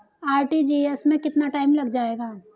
RTGS में कितना time लग जाएगा?